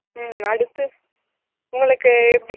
ம் அடுத்து உங்களுக்கு எப்படி